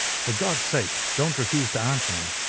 for god's sake, don't refuse to answer me.